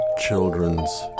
children's